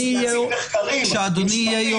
צריך להציג מחקרים --- כשאדוני יהיה יו"ר